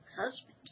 husband